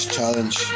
Challenge